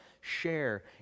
share